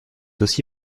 aussi